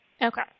okay